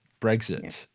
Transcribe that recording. Brexit